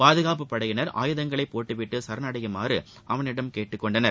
பாதுகாப்புப் படையினர் ஆயுதங்களை போட்டுவிட்டு சரணடையுமாறு அவனிடம் கேட்டுக் கொண்டனர்